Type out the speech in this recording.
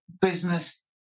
business